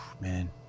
Man